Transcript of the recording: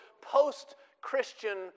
post-Christian